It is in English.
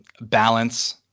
balance